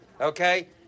Okay